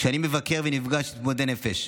כשאני מבקר ונפגש עם מתמודדי נפש,